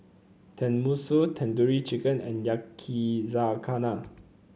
Tenmusu Tandoori Chicken and Yakizakana